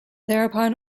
thereupon